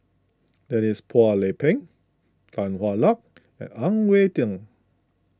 Denise Phua Lay Peng Tan Hwa Luck and Ang Wei Neng